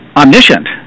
omniscient